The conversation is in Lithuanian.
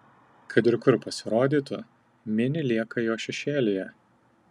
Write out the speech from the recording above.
kad ir kur pasirodytų mini lieka jo šešėlyje